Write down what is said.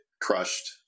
crushed